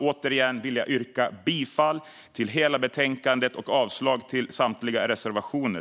Återigen vill jag yrka bifall till utskottets förslag i betänkandet och avslag på samtliga reservationer.